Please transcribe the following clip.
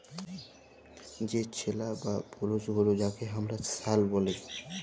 যে ছেলা বা পুরুষ গরু যাঁকে হামরা ষাঁড় ব্যলি